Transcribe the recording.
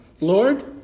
Lord